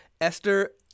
Esther